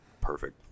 perfect